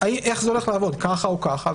איך זה הולך לעבוד, ככה או ככה.